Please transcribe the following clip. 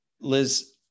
Liz